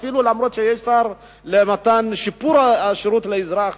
למרות שיש שר למען שיפור שירות לאזרח,